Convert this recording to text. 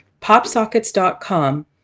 Popsockets.com